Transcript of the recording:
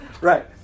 right